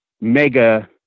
mega